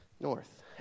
north